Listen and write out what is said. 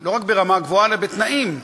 לא רק ברמה גבוהה, אלא בתנאים נוחים,